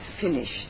finished